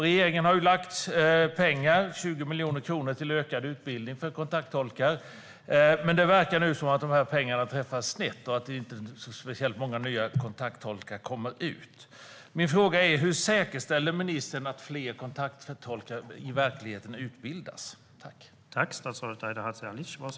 Regeringen har avsatt 20 miljoner kronor till ökad utbildning för kontakttolkar. Det verkar dock som att dessa pengar har träffat snett och att inte särskilt många kontakttolkar kommer ut i arbete. Hur säkerställer ministern att fler kontakttolkar verkligen utbildas?